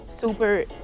super